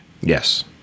Yes